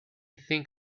think